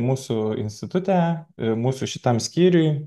mūsų institute mūsų šitam skyriuj